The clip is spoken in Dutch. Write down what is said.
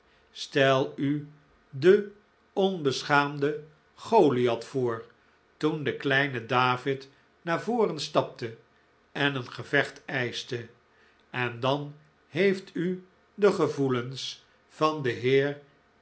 stel u den onbeschaamden goliath voor toen de kleine david naar voren stapte en een gevecht eischte en dan heeft u de gevoelens van den heer